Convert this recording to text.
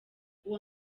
uwo